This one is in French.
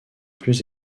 plus